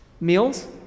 Meals